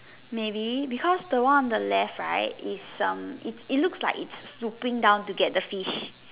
may be because the one on the left right is um it it looks like it's scoping down to get the fish